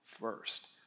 first